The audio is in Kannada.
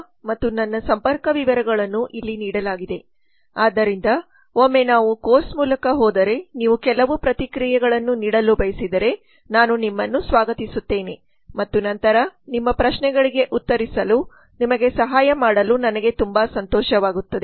Biplab Datta ಮತ್ತು ನನ್ನ ಸಂಪರ್ಕ ವಿವರಗಳನ್ನು ಇಲ್ಲಿ ನೀಡಲಾಗಿದೆ ಆದ್ದರಿಂದ ಒಮ್ಮೆ ನಾವು ಕೋರ್ಸ್ ಮೂಲಕ ಹೋದರೆ ನೀವು ಕೆಲವು ಪ್ರತಿಕ್ರಿಯೆಗಳನ್ನು ನೀಡಲು ಬಯಸಿದರೆ ನಾನು ನಿಮ್ಮನ್ನು ಸ್ವಾಗತಿಸುತ್ತೇನೆ ಮತ್ತು ನಂತರ ನಿಮ್ಮ ಪ್ರಶ್ನೆಗಳಿಗೆ ಉತ್ತರಿಸಲು ನಿಮಗೆ ಸಹಾಯ ಮಾಡಲು ನನಗೆ ತುಂಬಾ ಸಂತೋಷವಾಗುತ್ತದೆ